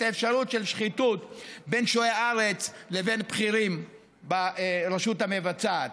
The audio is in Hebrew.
את האפשרות של שחיתות בין שועי הארץ לבין בכירים ברשות המבצעת.